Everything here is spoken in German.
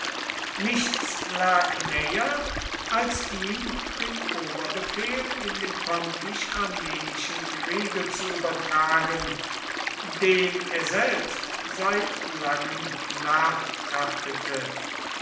nichts lag näher als ihm den oberbefehl in dem pontisch armenischen kriege zu übertragen dem er selbst seit langem